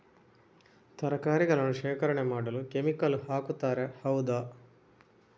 ತರಕಾರಿಗಳನ್ನು ಶೇಖರಣೆ ಮಾಡಲು ಕೆಮಿಕಲ್ ಹಾಕುತಾರೆ ಹೌದ?